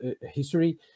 history